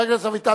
חבר הכנסת אביטל,